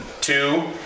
two